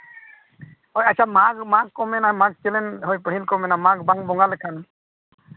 ᱦᱳᱭ ᱟᱪᱪᱷᱟ ᱢᱟᱜᱷ ᱢᱟᱜᱷ ᱠᱚ ᱢᱮᱱᱟ ᱪᱮᱞᱮᱱ ᱦᱳᱭ ᱯᱟᱹᱦᱤᱞ ᱠᱚ ᱢᱮᱱᱟ ᱢᱟᱜᱷ ᱵᱟᱝ ᱵᱚᱸᱜᱟ ᱞᱮᱠᱷᱟᱱ